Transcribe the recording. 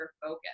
focus